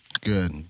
Good